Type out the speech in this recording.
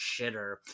shitter